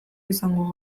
izango